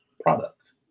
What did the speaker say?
product